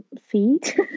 Feet